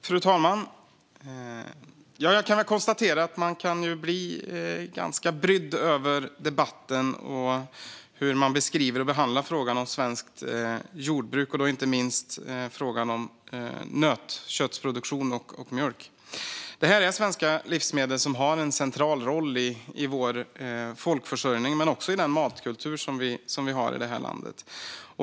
Fru talman! Jag kan väl konstatera att man kan bli ganska brydd över debatten och över hur frågan om svenskt jordbruk, inte minst frågan om nötköttsproduktion och mjölk, beskrivs och behandlas. Detta är svenska livsmedel som har en central roll i vår folkförsörjning men också i den matkultur som vi har i detta land.